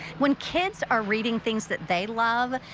when kids are reading things that they love,